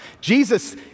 Jesus